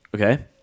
Okay